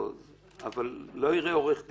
אבל לא יראה עורך דין,